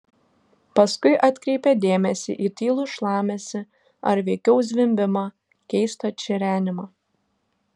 paskui atkreipė dėmesį į tylų šlamesį ar veikiau zvimbimą keistą čirenimą